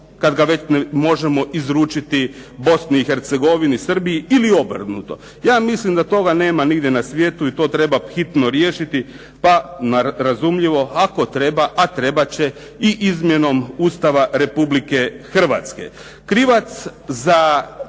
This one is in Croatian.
kada ga već možemo izručiti Bosni i Hercegovini, Srbiji ili obrnuto. Ja mislim da toga nema nigdje na svijetu i to treba hitno riješiti, pa ako treba, a trebat će i izmjenom Ustava Republike Hrvatske. Krivac za